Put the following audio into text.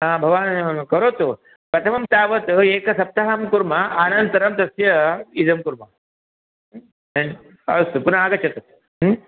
भवान् करोतु प्रथमं तावत् एकसप्ताहं कुर्मः अनन्तरं तस्य इदं कुर्म अस्तु पुनः आगच्छतु